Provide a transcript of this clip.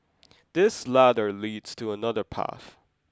this ladder leads to another path